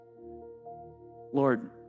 Lord